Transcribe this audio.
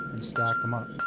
stack them up.